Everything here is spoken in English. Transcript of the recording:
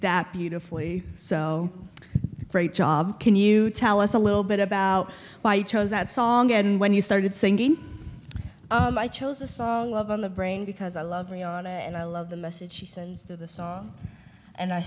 that beautifully so great job can you tell us a little bit about why you chose that song and when you started singing i chose the song love on the brain because i love me on it and i love the message she sends to the song and i